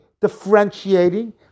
differentiating